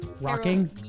rocking